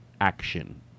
action